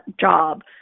job